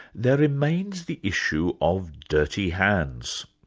there remains the issue of dirty hands.